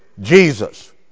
Jesus